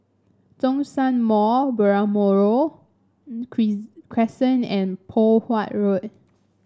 Zhongshan Mall Balmoral Crescent and Poh Huat Road